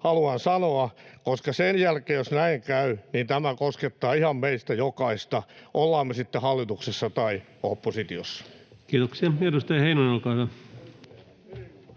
haluan sanoa, koska sen jälkeen, jos näin käy, tämä koskettaa ihan meistä jokaista, ollaan me sitten hallituksessa tai oppositiossa. Kiitoksia. — Edustaja Heinonen, olkaa hyvä.